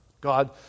God